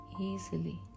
easily